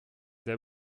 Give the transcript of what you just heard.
sehr